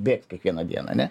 bėgs kiekvieną dieną ane